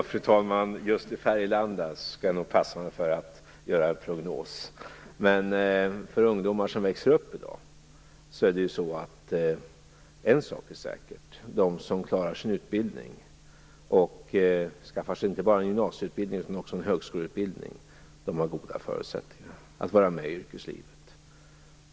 Fru talman! Jag skall nog passa mig för att göra en prognos just för Färgelanda. Men för ungdomar som i dag växer upp är det en sak som är säker: De som klarar sin utbildning och som skaffar sig inte bara gymnasieutbildning utan även högskoleutbildning har goda förutsättningar att vara med i yrkeslivet.